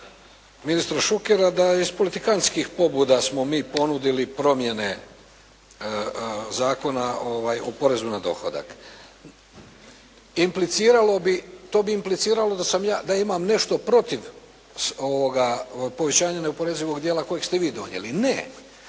ministra Šukera da iz politikantskih pobuda smo mi ponudili promjene Zakona o porezu na dohodak. Impliciralo bi, to bi impliciralo da sam ja, da imam nešto protiv ovoga povećanja neoporezivog dijela kojeg ste vi donijeli. Ne.